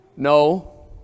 No